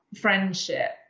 friendship